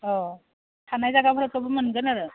अ थानाय जागाफोरखोबो मोनगोन आरो